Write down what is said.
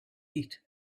heat